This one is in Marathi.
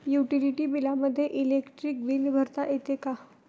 युटिलिटी बिलामध्ये इलेक्ट्रॉनिक बिल भरता येते का?